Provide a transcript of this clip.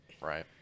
Right